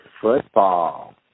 football